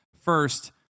First